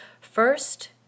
First